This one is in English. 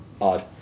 Odd